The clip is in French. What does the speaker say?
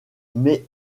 mais